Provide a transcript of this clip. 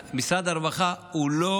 משרד הרווחה הוא לא